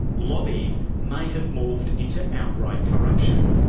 lobbying may have morphed into outright corruption.